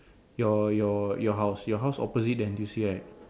your your your house your house opposite the N_T_U_C right